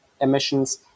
emissions